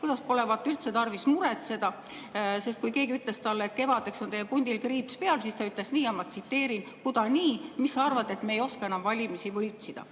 et pole üldse tarvis muretseda, sest kui keegi ütles talle, et kevadeks on teie pundil kriips peal, siis ta ütles nii, ma tsiteerin: "Kuidas nii? Mis sa arvad, et me ei oska enam valimisi võltsida?"Ma